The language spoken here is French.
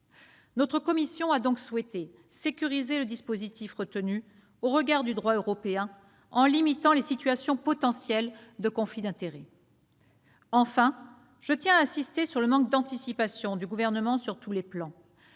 Notre commission a donc souhaité sécuriser le dispositif retenu au regard du droit européen, en limitant les situations potentielles de conflit d'intérêts. Enfin, je tiens à insister sur le manque d'anticipation du Gouvernement sur tous les plans.